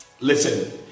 listen